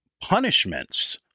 punishments